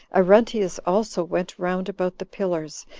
arruntius also went round about the pillars,